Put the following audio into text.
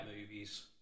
movies